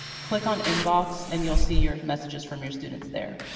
click on inbox and you'll see your messages from your students there.